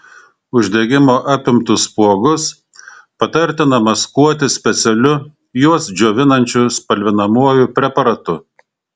uždegimo apimtus spuogus patartina maskuoti specialiu juos džiovinančiu spalvinamuoju preparatu